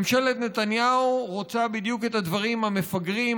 ממשלת נתניהו רוצה בדיוק את הדברים המפגרים,